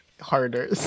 harder